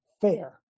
fair